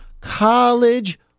college